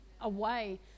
away